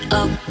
up